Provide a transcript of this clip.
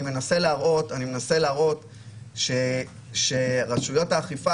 אני מנסה להראות שרשויות האכיפה,